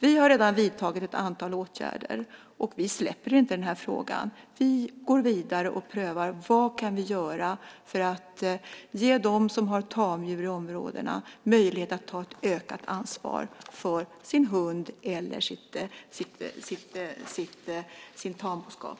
Vi har redan vidtagit ett antal åtgärder, och vi släpper inte den här frågan. Vi går vidare och prövar vad vi kan göra för att ge dem som har tamdjur i de här områdena möjlighet att ta ett ökat ansvar för sin hund eller för sin tamboskap.